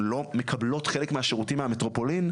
לא מקבלות חלק מהשירותים מהמטרופולין,